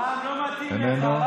רם, לא מתאים לך.